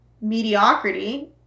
mediocrity